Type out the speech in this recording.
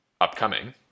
upcoming